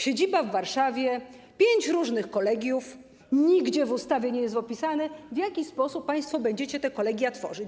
Siedziba w Warszawie, pięć różnych kolegiów, nigdzie w ustawie nie jest opisane, w jaki sposób państwo będziecie te kolegia tworzyć.